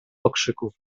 okrzyków